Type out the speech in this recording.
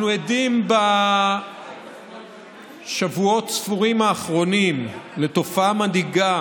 אנחנו עדים בשבועות הספורים האחרונים לתופעה מדאיגה